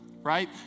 Right